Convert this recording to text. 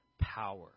power